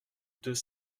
deux